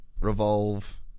revolve